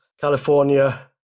California